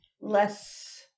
less